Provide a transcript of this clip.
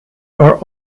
are